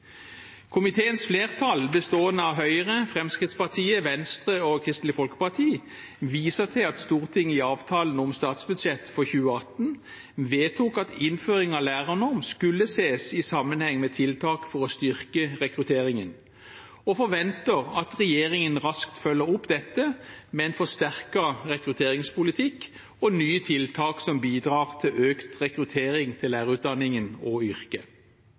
Komiteens flertall, bestående av Høyre, Fremskrittspartiet, Venstre og Kristelig Folkeparti, viser til at Stortinget i avtalen om statsbudsjettet for 2018 vedtok at innføring av lærernorm skulle ses i sammenheng med tiltak for å styrke rekrutteringen, og forventer at regjeringen raskt følger opp dette med en forsterket rekrutteringspolitikk og nye tiltak som bidrar til økt rekruttering til lærerutdanningen og yrket.